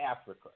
Africa